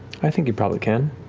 i think you probably can.